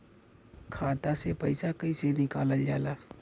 खाता से पैसा कइसे निकालल जाला?